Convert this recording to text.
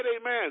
Amen